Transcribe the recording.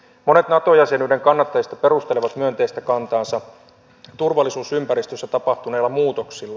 monet nato jäsenyyden kannattajista perustelevat myönteistä kantaansa turvallisuusympäristössä tapahtuneilla muutoksilla